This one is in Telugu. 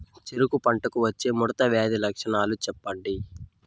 చెరుకు పంటకు వచ్చే ముడత వ్యాధి లక్షణాలు చెప్పండి?